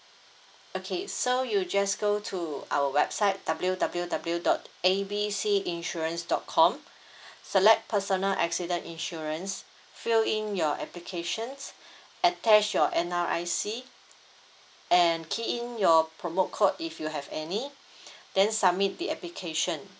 okay so you just go to our website W W W dot A B C insurance dot com select personal accident insurance fill in your applications attach your N_R_I_C and key in your promo code if you have any then submit the application